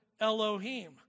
Elohim